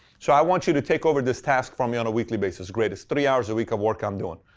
so i want you to take over this task from me on a weekly basis. great. it's three hours a week of work i'm doing.